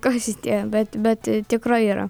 kas tie bet bet tikrai yra